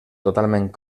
totalment